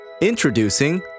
Introducing